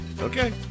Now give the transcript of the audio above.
Okay